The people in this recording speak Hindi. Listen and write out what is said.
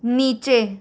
नीचे